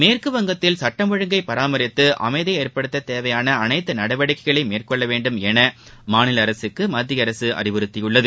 மேற்கு வங்கத்தில் சுட்டம் ஒழுங்கை பராமரித்துஅமைதியைஏற்படுத்ததேவையானஅனைத்துநடவடிக்கைகளையும் மேற்கொள்ளவேண்டுமெனமாநிலஅரசுக்குமத்தியஅரசுஅறிவுறுத்தியுள்ளது